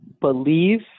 believe